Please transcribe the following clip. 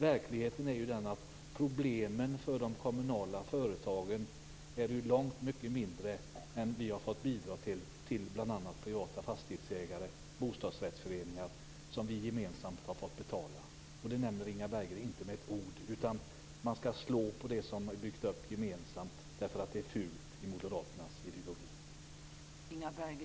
Verkligheten är den, att vi får bidra med långt mycket mindre för att lösa problemen för de kommunala företagen än vad vi har gjort när det gäller privata fastighetsägare och bostadsrättsföreningar, vars konkurser vi gemensamt har fått betala. Det nämner Inga Berggren inte med ett ord. Man skall slå på det som byggts upp gemensamt därför att det är fult i moderaternas ideologi.